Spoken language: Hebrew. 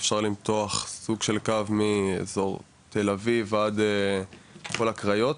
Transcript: אפשר למתוח סוג של קו מאזור תל אביב עד כל הקריות.